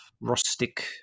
rustic